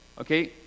Okay